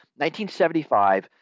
1975